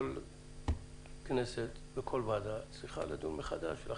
כל כנסת וכל וועדה, צריכה לדון מחדש.